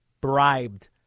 bribed